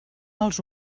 els